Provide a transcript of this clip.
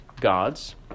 gods